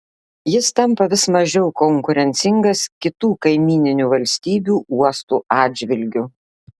jis tampa vis mažiau konkurencingas kitų kaimyninių valstybių uostų atžvilgiu